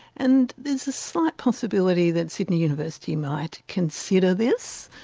and there's a slight possibility that sydney university might consider this,